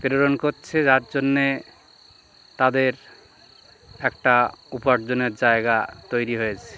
প্রেরণ করছে যার জন্যে তাদের একটা উপার্জনের জায়গা তৈরি হয়েছে